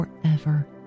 forever